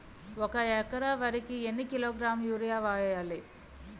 ఒక ఎకర వరి కు ఎన్ని కిలోగ్రాముల యూరియా వెయ్యాలి?